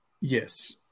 Yes